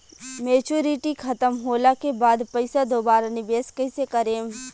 Maturity खतम होला के बाद पईसा दोबारा निवेश कइसे करेम?